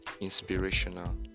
inspirational